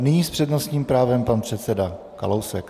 Nyní s přednostním právem pan předseda Kalousek.